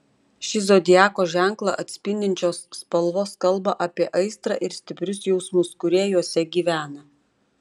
šį zodiako ženklą atspindinčios spalvos kalba apie aistrą ir stiprius jausmus kurie juose gyvena